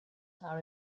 are